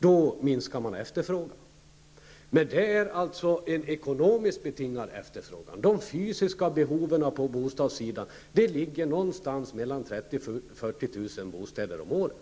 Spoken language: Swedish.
Då minskar man efterfrågan. Men det är en ekonomiskt betingad minskning av efterfrågan. De fysiska behoven på bostadssektorn är ca 30 000 -- 40 000 bostäder om året.